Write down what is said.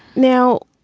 now,